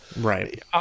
right